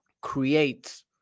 create